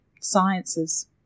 sciences